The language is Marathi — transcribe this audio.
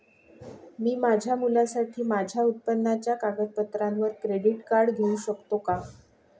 मी माझ्या मुलासाठी माझ्या उत्पन्नाच्या कागदपत्रांवर क्रेडिट कार्ड घेऊ शकतो का?